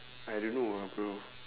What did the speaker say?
I don't know uh bro